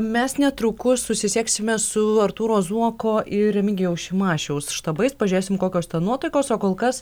mes netrukus susisieksime su artūro zuoko ir remigijaus šimašiaus štabais pažėsim kokios ten nuotaikos o kol kas